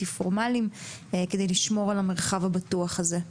פורמליים כדי לשמור על המרחב הבטוח הזה.